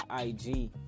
IG